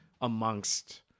amongst